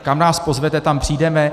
Kam nás pozvete, tam přijdeme.